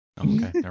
okay